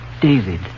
David